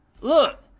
Look